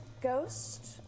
ghost